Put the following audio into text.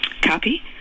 copy